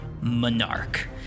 monarch